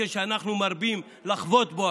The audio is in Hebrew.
שאנחנו מרבים לחבוט בו,